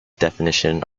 definition